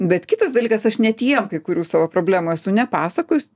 bet kitas dalykas aš net jiem kai kurių savo problemų esu ne pasakojus